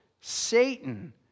Satan